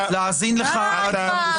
להאזין לך --- די כבר.